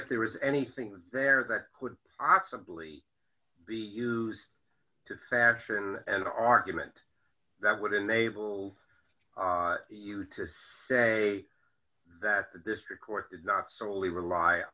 if there was anything there that could possibly be used to fashion and argument that would enable you to say that the district court did not solely rely